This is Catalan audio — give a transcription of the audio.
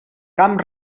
camp